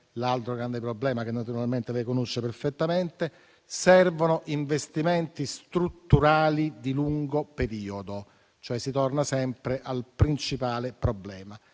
l'altro grande problema che lei conosce perfettamente, servano investimenti strutturali di lungo periodo. Quindi si torna sempre al principale problema: